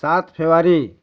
ସାତ ଫେବୃଆରୀ